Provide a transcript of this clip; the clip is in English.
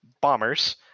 bombers